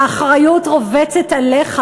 האחריות רובצת עליך,